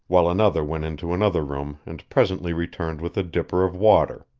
while another went into another room and presently returned with a dipper of water,